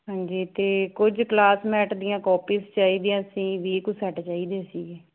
ਹਾਂਜੀ ਅਤੇ ਕੁਝ ਕਲਾਸਮੈਟ ਦੀਆਂ ਕਾਪੀਜ ਚਾਹੀਦੀਆਂ ਸੀ ਵੀਹ ਕੁ ਸੈੱਟ ਚਾਹੀਦੇ ਸੀਗੇ